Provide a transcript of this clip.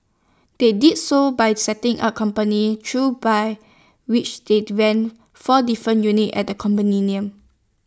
they did so by setting up companies through by which they'd rented four different units at the condominium